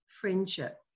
friendship